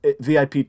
VIP